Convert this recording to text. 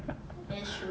that's true